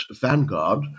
vanguard